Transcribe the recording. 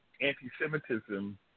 anti-Semitism